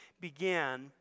began